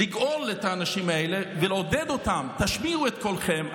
לגאול את האנשים האלה ולעודד אותם: תשמיעו את קולכם,